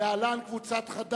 להלן: קבוצת סיעת חד"ש,